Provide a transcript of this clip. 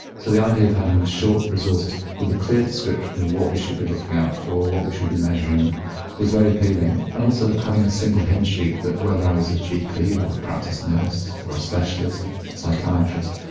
so the idea of having short resources with a clear description of what we should be looking out for, what we should be measuring was very appealing and also having a single hymn-sheet, that whether i was a gp, or a practice nurse, or a specialist, or a psychiatrist,